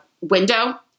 window